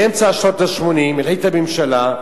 באמצע שנות ה-80 החליטה הממשלה,